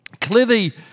clearly